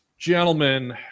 Gentlemen